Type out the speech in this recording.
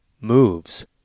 moves